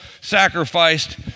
sacrificed